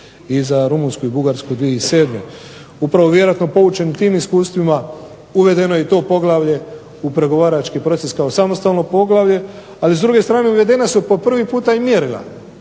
i za Rumunjsku i Bugarsku 2007. Upravo vjerojatno poučeni tim iskustvima uvedeno je i to poglavlje u pregovarački proces kao samostalno poglavlje, a s druge strane uvedena su po prvi puta i mjerila.